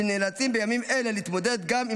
שנאלצים בימים אלה להתמודד גם עם